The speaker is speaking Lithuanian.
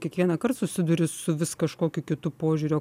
kiekvienąkart susiduri su vis kažkokiu kitu požiūrio